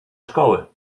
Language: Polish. szkoły